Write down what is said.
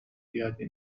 زیادی